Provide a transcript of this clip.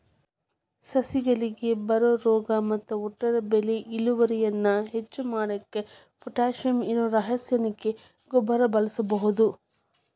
ಸಸಿಗಳಿಗೆ ಬರೋ ರೋಗ ಮತ್ತ ಒಟ್ಟಾರೆ ಬೆಳಿ ಇಳುವರಿಯನ್ನ ಹೆಚ್ಚ್ ಮಾಡಾಕ ಪೊಟ್ಯಾಶಿಯಂ ಇರೋ ರಾಸಾಯನಿಕ ಗೊಬ್ಬರ ಬಳಸ್ಬಹುದು